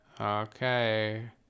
Okay